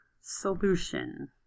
solution